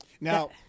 Now